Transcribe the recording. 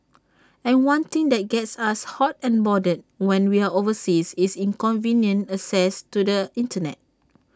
and one thing that gets us hot and bothered when we're overseas is inconvenient access to the Internet